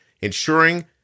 ensuring